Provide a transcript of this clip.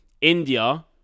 India